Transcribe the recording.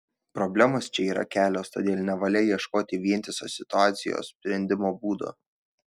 problemos čia yra kelios todėl nevalia ieškoti vientiso situacijos sprendimo būdo